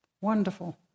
wonderful